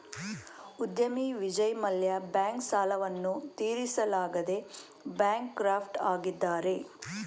ಉದ್ಯಮಿ ವಿಜಯ್ ಮಲ್ಯ ಬ್ಯಾಂಕ್ ಸಾಲವನ್ನು ಹಿಂದಿರುಗಿಸಲಾಗದೆ ಬ್ಯಾಂಕ್ ಕ್ರಾಫ್ಟ್ ಆಗಿದ್ದಾರೆ